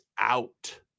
out